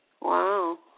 Wow